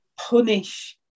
punish